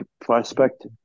prospect